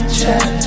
check